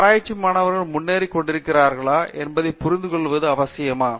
ஆராய்வதில் மாணவர்கள் முன்னேறிக் கொண்டிருக்கிறார்களா என்பதைப் புரிந்துகொள்வது அவசியமா